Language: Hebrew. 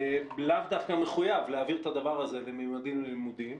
לאו דווקא מחויב להעביר את הכסף הזה ל"ממדים ללימודים".